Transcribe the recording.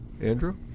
Andrew